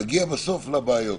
נגיע בסוף לבעיות.